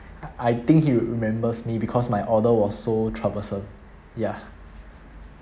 I think he remembers me because my order was so troublesome ya